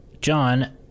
John